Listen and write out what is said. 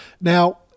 Now